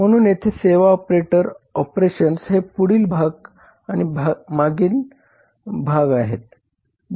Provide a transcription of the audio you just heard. म्हणून येथे सेवा ऑपरेटर ऑपरेशन्स हे पुढील भाग आणि मागील भाग आहेत